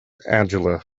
angela